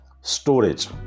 storage